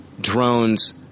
drones